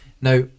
Now